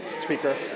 Speaker